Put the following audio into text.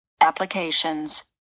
Applications